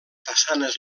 façanes